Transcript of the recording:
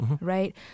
right